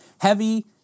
Heavy